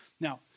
Now